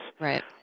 Right